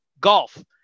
golf